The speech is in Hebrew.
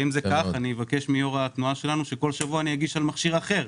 אם זה כך אבקש מיו"ר התנועה שלנו שכל שבוע אגיש על מכשיר אחר.